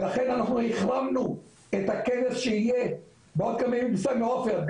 ולכן אנחנו החרמנו את הכנס שיהיה בעוד כמה ימים בסמי עופר,